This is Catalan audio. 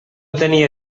tenia